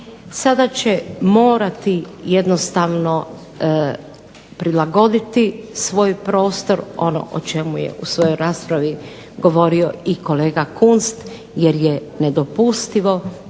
sada će morati jednostavno prilagoditi svoj prostor onom o čemu je u svojoj raspravi govorio i kolega Kunst jer je nedopustivo